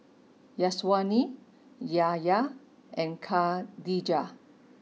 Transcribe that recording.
Syazwani Yahya and Khadija